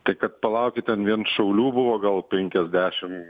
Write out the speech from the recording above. tai kad palaukit ten vien šaulių buvo gal penkiasdešimt